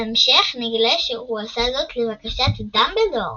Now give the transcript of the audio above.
בהמשך נגלה שהוא עשה זאת לבקשת דמבלדור,